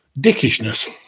dickishness